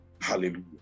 Hallelujah